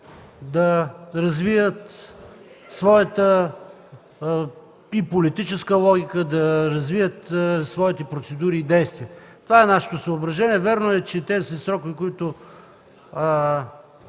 да развият своята и политическа логика, да развият своите процедури и действия. Това е нашето съображение. Вярно е, че сроковете, които